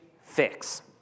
fix